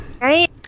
right